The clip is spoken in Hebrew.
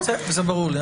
זה ברור לי.